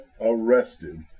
arrested